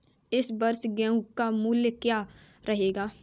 इस वर्ष गेहूँ का मूल्य क्या रहेगा?